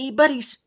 buddies